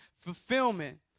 fulfillment